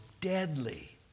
deadly